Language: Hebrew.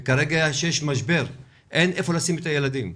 אבל כרגע יש משבר ואין איפה לשים את הילדים.